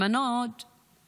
נאור, היימנוט עלתה